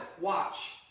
Watch